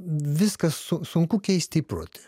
viskas sunku keisti įprotį